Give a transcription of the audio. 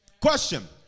Question